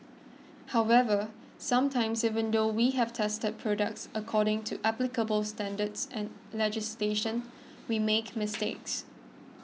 however sometimes even though we have tested products according to applicable standards and legislation we make mistakes